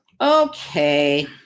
Okay